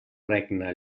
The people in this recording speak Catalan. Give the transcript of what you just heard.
regna